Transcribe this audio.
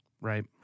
Right